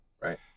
Right